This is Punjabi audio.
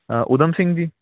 ਊਧਮ ਸਿੰਘ ਜੀ